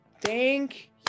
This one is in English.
thank